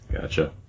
Gotcha